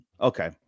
okay